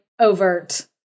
overt